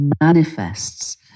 manifests